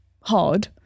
hard